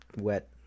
wet